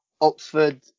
Oxford